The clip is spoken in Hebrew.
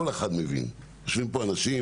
כל אחד מבין יושבים פה אנשים,